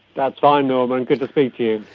that's fine norman, good to speak to you.